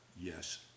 Yes